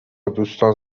دوستان